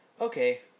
Okay